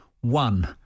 One